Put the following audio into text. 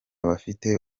bafite